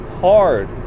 hard